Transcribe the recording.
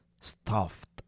stuffed